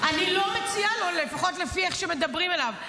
אני לא מציעה לו, לפחות לפי איך שמדברים אליו.